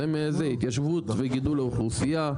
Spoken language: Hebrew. התיישבות וגידול האוכלוסייה,